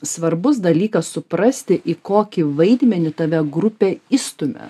svarbus dalykas suprasti į kokį vaidmenį tave grupė išstumia